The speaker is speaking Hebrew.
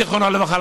זיכרונו לברכה,